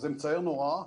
זה מצער נורא.